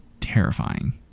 terrifying